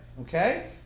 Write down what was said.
Okay